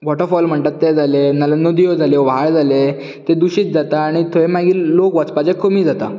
waterfall म्हणटात ते जाले नाल्यार नदयो जाले व्हाळ जाले ते दुशीत जातले आनी थंय मागीर लोक वचपाचे कमी जाता